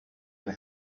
and